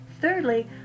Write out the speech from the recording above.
Thirdly